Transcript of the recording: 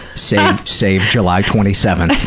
save save july twenty seventh.